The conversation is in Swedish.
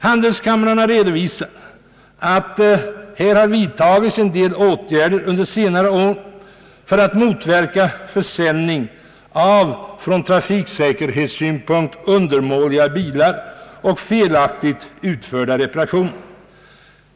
Handelskamrarna redovisar att det vidtagits en del åtgärder under senare år för att motverka försäljning av från trafiksäkerhetssynpunkt = undermåliga bilar och felaktigt utförda reparationer.